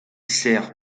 sert